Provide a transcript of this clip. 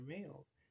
males